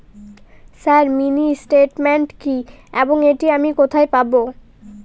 Sir mini statement কি এবং এটি আমি কোথায় পাবো?